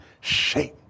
shape